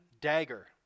dagger